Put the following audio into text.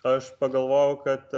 aš pagalvojau kad